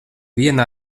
viena